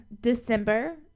December